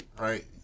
right